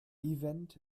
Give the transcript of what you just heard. event